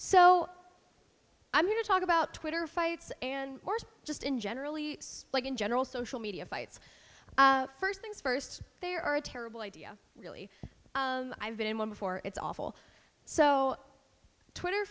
so i'm going to talk about twitter fights and just in generally like in general social media fights first things first there are a terrible idea really i've been in one before it's awful so twitter